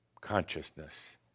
consciousness